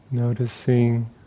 Noticing